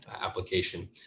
application